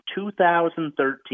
2013